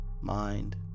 Mind